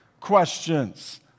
questions